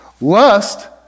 lust